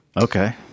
Okay